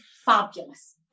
fabulous